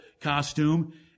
costume